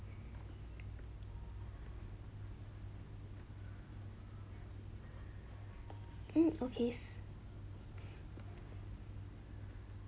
hmm okay